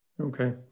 Okay